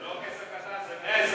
זה לא כסף קטן.